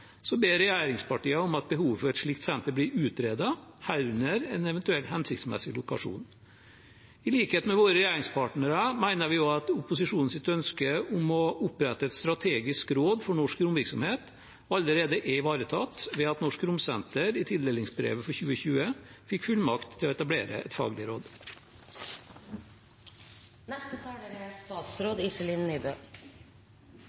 ber regjeringspartiene om at behovet for et slikt senter blir utredet, herunder en eventuell hensiktsmessig lokasjon. I likhet med våre regjeringspartnere mener vi også at opposisjonens ønske om å opprette et strategisk råd for norsk romvirksomhet allerede er ivaretatt ved at Norsk Romsenter i tildelingsbrevet for 2020 fikk fullmakt til å etablere et faglig råd.